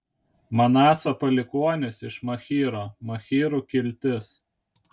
manaso palikuonys iš machyro machyrų kiltis